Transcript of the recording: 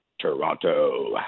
Toronto